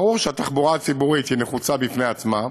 ברור שהתחבורה הציבורית נחוצה בפני עצמה.